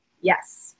Yes